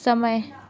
समय